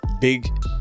big